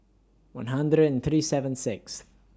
one hundred and thirty seven Sixth